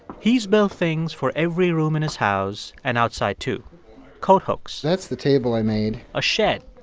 he's built things for every room in his house and outside, too coat hooks. that's the table i made. a shed.